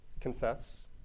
Confess